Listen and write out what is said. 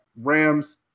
rams